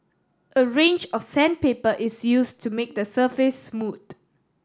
a range of sandpaper is used to make the surface smooth